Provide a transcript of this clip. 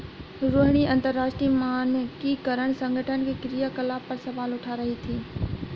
रोहिणी अंतरराष्ट्रीय मानकीकरण संगठन के क्रियाकलाप पर सवाल उठा रही थी